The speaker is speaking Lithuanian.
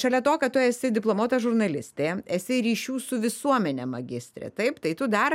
šalia to kad tu esi diplomuota žurnalistė esi ryšių su visuomene magistrė taip tai tu dar